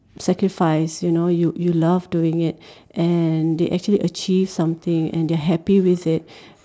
sacrifice you know you you love doing it and they actually achieve something and they are happy with it